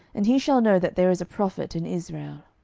and he shall know that there is a prophet in israel.